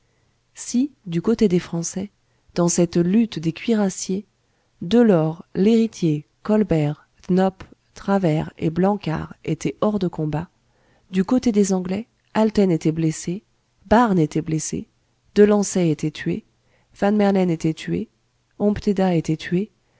si du côté des français dans cette lutte des cuirassiers delord lhéritier colbert dnop travers et blancard étaient hors de combat du côté des anglais alten était blessé barne était blessé delancey était tué van merlen était tué ompteda était tué